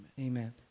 Amen